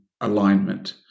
alignment